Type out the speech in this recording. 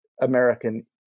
American